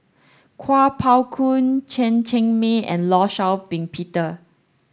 Kuo Pao Kun Chen Cheng Mei and Law Shau Ping Peter